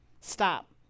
Stop